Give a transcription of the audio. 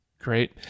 Great